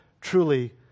truly